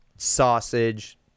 sausage